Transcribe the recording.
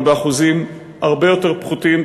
אבל באחוזים הרבה יותר נמוכים,